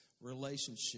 relationship